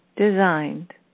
Designed